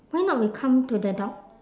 why not we come to the dog